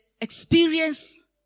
experience